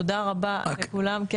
תודה רבה לכולם.